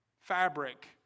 fabric